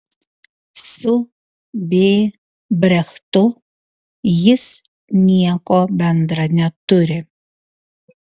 su b brechtu jis nieko bendra neturi